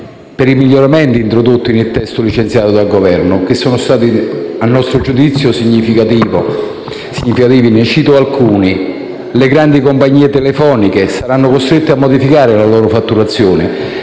per i miglioramenti introdotti nel testo licenziato dal Governo, che sono stati, a nostro giudizio, significativi. Ne cito alcuni: le grandi compagnie telefoniche saranno costrette a modificare la loro fatturazione,